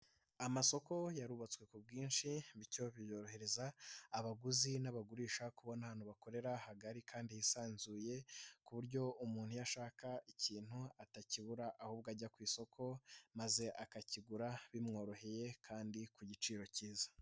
Amasoko yarubatswe ku bwinshi, bityo byohereza abaguzi n'abagurisha kubona ahantu bakorera hagari kandi hisanzuye, ku buryo umuntu iyo ashaka ikintu atakibura ahubwo ajya ku isoko, maze akakigura bimworoheye kandi ku giciro cyiza.